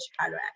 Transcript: Chicago